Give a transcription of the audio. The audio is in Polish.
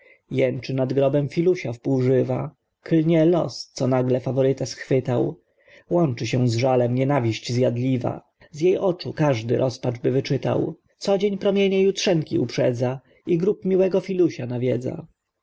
nad grobem filusia wpół żywa klnie los co nagle faworyta schwytał łączy się z żalem nienawiść zjadliwa z jej oczu każdy rozpaczby wyczytał codzień promienie jutrzenki uprzedza i grób miłego filusia nawiedza